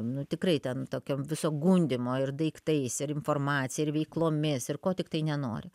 nu tikrai ten tokiom viso gundymo ir daiktais ir informacija ir veiklomis ir ko tiktai nenori